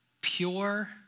pure